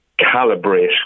calibrate